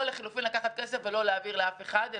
או לחילופין לקחת כסף ולא להעביר לאף אחד.